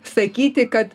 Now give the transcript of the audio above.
sakyti kad